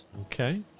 Okay